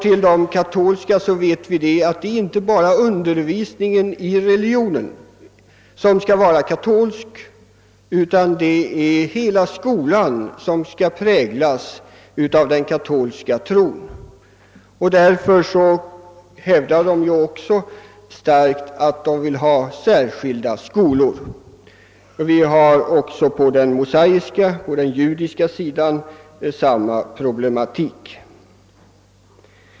Vad beträffar katolska trosbekännare vet vi, att det inte bara är undervisningen i religionen som skall vara katolsk utan att hela skolan skall präglas av den katolska tron. Därför hävdar de ju också starkt att de vill ha särskilda skolor. Även i fråga om mMosaiska trosbekännare har vi samma problematik.